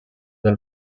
del